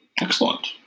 Excellent